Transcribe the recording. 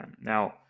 now